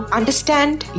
understand